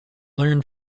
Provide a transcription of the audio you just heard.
learn